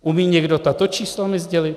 Umí někdo tato čísla mi sdělit?